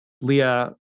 Leah